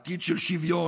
עתיד של שוויון,